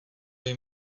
jim